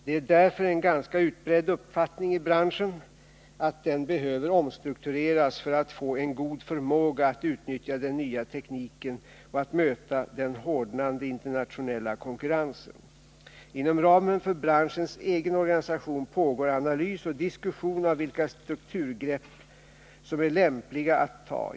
Det är därför en ganska utbredd uppfattning i branschen att den behöver omstruktureras för att få en god förmåga att utnyttja den nya tekniken och att möta den hårdnande internationella konkurrensen. Inom ramen för branschens egen organisation pågår analys och diskussion av vilka strukturgrepp som är lämpliga att ta.